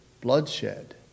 bloodshed